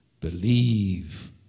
Believe